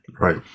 Right